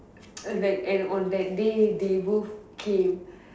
like and on that day they both came